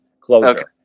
closer